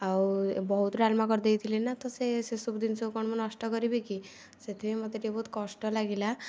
ଆଉ ବହୁତ ଡାଲମା କରିଦେଇଥିଲି ନା ତ ସେ ସବୁ ଜିନିଷ ସବୁ କ'ଣ ନଷ୍ଟ କରିବି କି ସେଥିପାଇଁ ମୋତେ ଟିକେ ବହୁତ କଷ୍ଟ ଲାଗିଲା